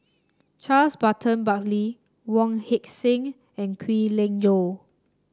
Charles Burton Buckley Wong Heck Sing and Kwek Leng Joo